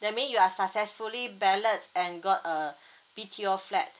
that means you are successfully ballots and got a B T O flat